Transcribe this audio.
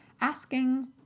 asking